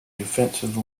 defensive